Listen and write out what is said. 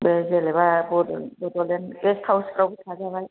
जेन'बा बड'लेन्ड गेस्त हाउसफ्राव थाजाबाय